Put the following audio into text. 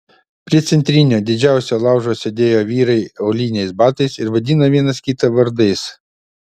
prie centrinio didžiausio laužo sėdėjo vyrai auliniais batais ir vadino vienas kitą vardais